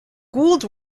gould